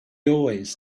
always